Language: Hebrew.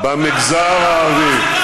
במגזר הערבי,